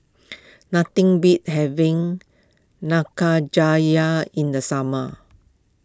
nothing beats having in the summer